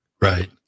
Right